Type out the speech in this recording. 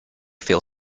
feel